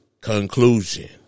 conclusion